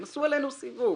הם עשו עלינו סיבוב.